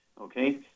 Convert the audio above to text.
okay